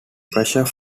pressure